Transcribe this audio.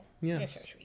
Yes